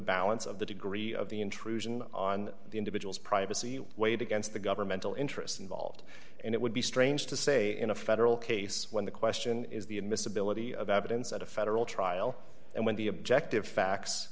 balance of the degree of the intrusion on the individual's privacy weighed against the governmental interests involved and it would be strange to say in a federal case when the question is the admissibility of evidence at a federal trial and when the objective facts